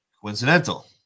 coincidental